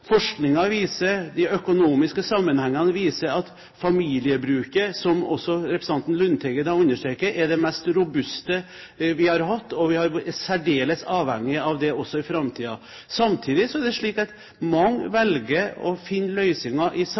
forskningen viser – og de økonomiske sammenhengene viser – at familiebruket, som også representanten Lundteigen har understreket, er det mest robuste vi har hatt, og vi er særdeles avhengig av det også i framtiden. Samtidig er det slik at mange velger å finne løsninger i